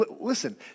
listen